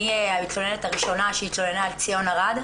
אני המתלוננת הראשונה שהתלוננה על ציון ארד.